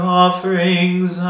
offerings